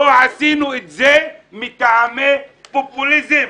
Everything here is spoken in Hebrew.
לא עשינו את זה מטעמי פופוליזם,